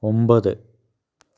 ഒമ്പത്